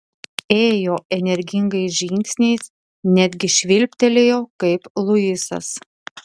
ėjo energingais žingsniais netgi švilptelėjo kaip luisas